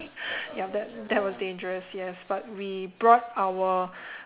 yup that that was dangerous yes but we brought our